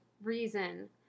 reason